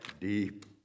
deep